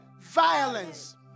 Violence